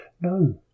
No